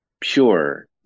pure